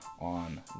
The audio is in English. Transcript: on